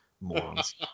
Morons